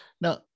Now